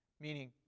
meaning